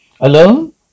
Alone